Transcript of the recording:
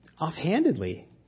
offhandedly